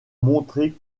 montré